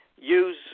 use